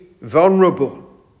vulnerable